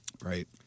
Right